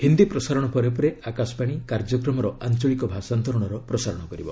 ହିନ୍ଦୀ ପ୍ରସାରଣ ପରେ ପରେ ଆକାଶବାଣୀ କାର୍ଯ୍ୟକ୍ରମର ଆଞ୍ଚଳିକ ଭାଷାନ୍ତରଣର ପ୍ରସାରଣ କରିବ